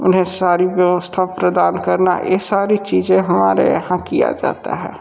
उन्हें सारी व्यवस्था प्रदान करना ये सारी चीज़ें हमारे यहाँ किया जाता है